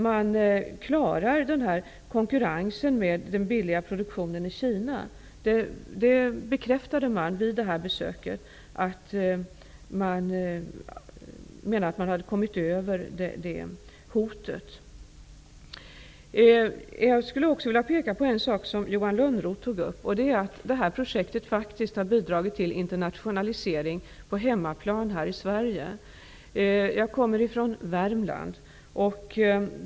Man klarar konkurrensen från den billiga produktionen i Kina och har kommit över det hot den utgjorde. Jag skulle också vilja peka på en sak som Johan Lönnroth tog upp: Bai Bang-projektet har faktiskt bidragit till internationalisering på hemmaplan i Sverige. Jag kommer från Värmland.